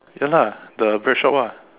ya lah the bread shop ah